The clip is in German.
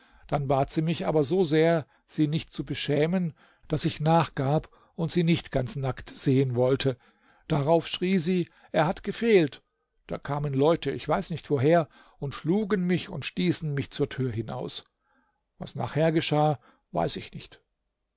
dann bat sie mich aber so sehr sie nicht zu beschämen daß ich nachgab und sie nicht ganz nackt sehen wollte darauf schrie sie er hat gefehlt da kamen leute ich weiß nicht woher und schlugen mich und stießen mich zur tür hinaus was nachher geschah weiß ich nicht